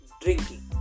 drinking